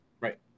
Right